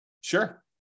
Sure